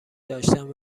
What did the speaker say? داشتند